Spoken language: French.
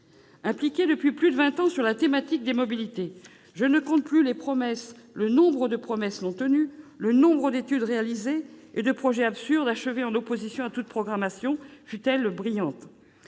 Impliquée depuis plus de vingt ans sur la thématique des mobilités, je ne compte plus le nombre de promesses non tenues, le nombre d'études réalisées et de projets absurdes achevés en opposition à toutes les programmations, aussi brillantes